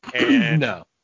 No